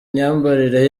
imyambarire